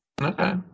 Okay